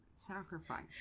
sacrifice